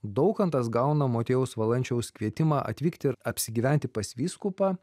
daukantas gauna motiejaus valančiaus kvietimą atvykti ir apsigyventi pas vyskupą